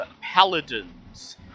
paladins